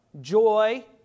joy